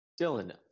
Dylan